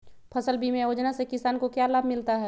फसल बीमा योजना से किसान को क्या लाभ मिलता है?